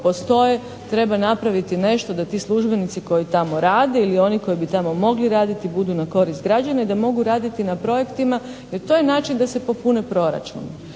treba napraviti nešto da ti službenici koji tamo rade ili oni koji bi tamo mogli raditi budu na korist građana i da mogu raditi na projektima jer to je način da se popune proračuni.